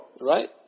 Right